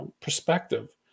perspective